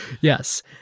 Yes